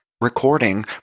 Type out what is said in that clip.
recording